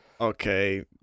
Okay